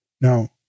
Now